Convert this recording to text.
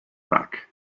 back